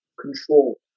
control